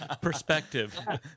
Perspective